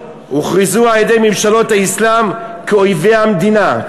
הוכרזו על-ידי ממשלות האסלאם כאויבי המדינה,